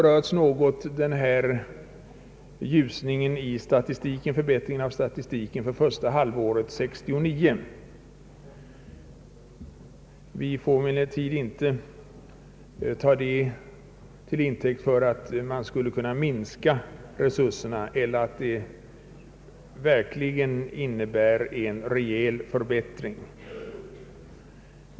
Förbättringen i statistiken under första halvåret 1969 har berörts något. Vi får emellertid inte ta denna förbättring till intäkt för att resurserna skulle kunna minskas eller att det verkligen är fråga om en rejäl förbättring.